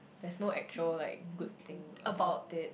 there's no actual like good thing about it